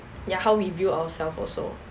ya how we view ourselves also